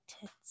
tits